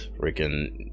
freaking